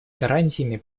гарантиями